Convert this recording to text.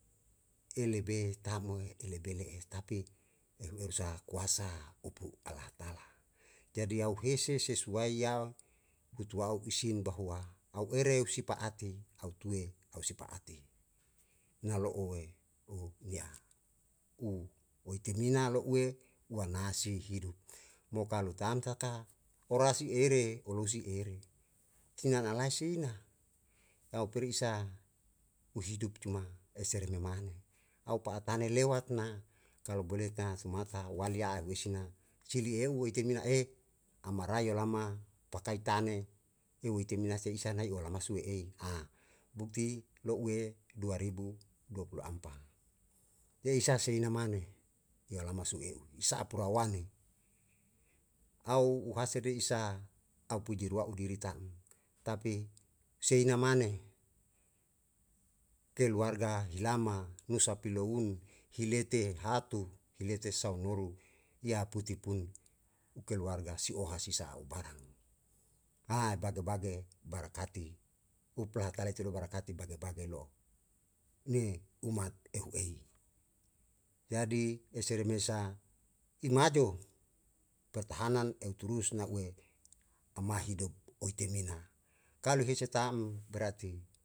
lebe tahamo e lebe le'e tapi eu ehu sa kuasa upu ala hatala jadi yau hese sesuai ya hutuwau isin bahwa au ere usi pa ati au tue ua sipa'ati nalo'oe uhu nia u oetimina lo'ue wana si hidup mo kalu tam taka orasi ere olusi ere si nanalai si na au perisa u hidup cuma esere memane au pa'atane lewat na kalo bole na sumata walia ahuesi na sili eu oetemina e amaraio lama patai tane eu oetemina se isa nae olama sue ei bukti lo'ue dua ribu dua pulu ampa ye isa sei namane ye olama su e'u sa'a purawane au u hase de isa au puji rua u diri ta'm, tapi sei namane keluarga hilama nusa piloun hilete hatu hilete saunuru yaputi pun keluarga si'o hasisa u barang ha bage bage barakati upu laha tale tiru barakati bage bage lo'o ni umat ehu ehi jadi esere mesa i majo pertahanan eu turus na'ue ama hidup oetemena kalo hese tam berati.